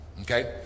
Okay